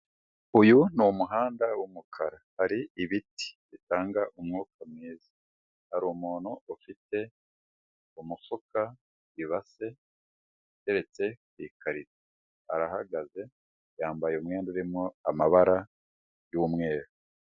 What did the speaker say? Uyu ni umuhanda w'umukara hari ibiti bitanga umwuka mwiza. Hari umuntu ufite umufuka, ibase iteretse ku ikarito, arahagaze yambaye umwenda urimo amabara y'umweru.